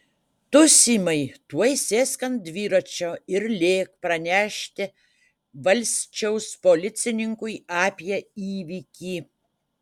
tu simai tuoj sėsk ant dviračio ir lėk pranešti valsčiaus policininkui apie įvykį